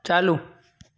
चालू